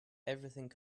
everything